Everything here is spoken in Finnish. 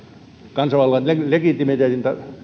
kansanvallan legitimiteetin